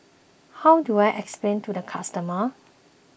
how do I explain to the customer